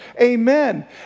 amen